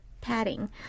padding